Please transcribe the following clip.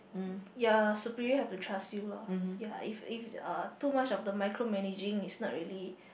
your superior have to trust you lor ya if if uh too much of the micromanaging is not really